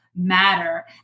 matter